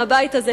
מהבית הזה,